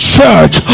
church